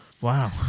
Wow